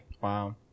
Wow